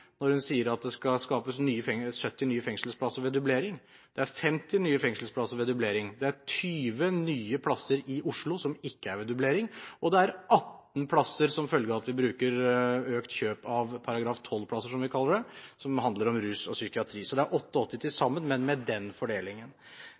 når hun sier at det skal skapes 70 nye fengselsplasser ved dublering. Det er 50 nye fengselsplasser ved dublering. Det er 20 nye plasser i Oslo som ikke er ved dublering, og det er 18 plasser som følge av at vi bruker økt kjøp av § 12-plasser, som vi kaller det, som handler om rus og psykiatri. Det er 88 til sammen, men med den fordelingen. Det illustrerer nok litt av forskjellen på Høyre–Fremskrittsparti-regjeringen og